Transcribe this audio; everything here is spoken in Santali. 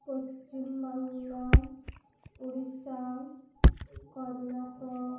ᱯᱚᱥᱪᱤᱢ ᱵᱟᱝᱞᱟ ᱩᱲᱤᱥᱥᱟ ᱠᱚᱨᱱᱟᱴᱚᱠ